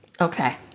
Okay